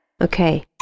Okay